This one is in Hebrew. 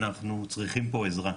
אנחנו צריכים פה עזרה.